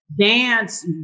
Dance